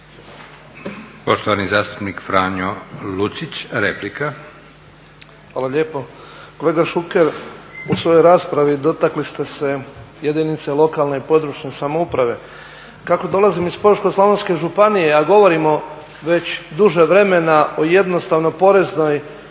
Poštovani zastupnik Franjo Lucić replika. **Lucić, Franjo (HDZ)** Hvala lijepo. Kolega Šuker, u svojoj raspravi dotakli ste se jedinice lokalne područne samouprave. Kako dolazim iz Požeško-slavonske županije, a govorimo već duže vremena o jednostavnoj poreznoj